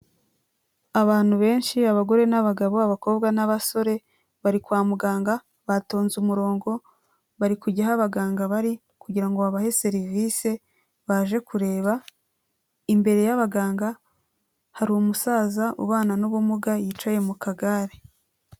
Abantu benshi abagore n'abagabo, abakobwa n'abasore bari kwa muganga batonze umurongo, bari kujya aho abaganga bari kugira ngo babahe serivisi baje kureba, imbere y'abaganga hari umusaza ubana n'ubumuga, yicaye mu kagare.